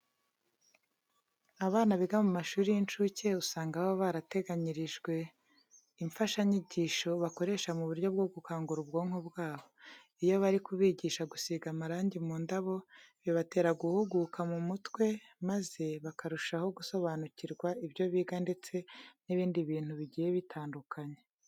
Abana biga mu mashuri y'incuke usanga baba barateganyirijwe imfashanyigisho bakoresha mu buryo bwo gukangura ubwonko bwabo. Iyo bari kubigisha gusiga amarangi mu ndabo, bibatera guhuguka mu mutwe maze bakarushaho gusobanukirwa ibyo biga ndetse n'ibindi bintu bigiye bitandukanye.